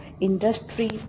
industry